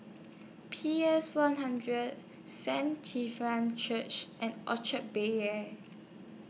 P S one hundred Saint Church and Orchard Bel Air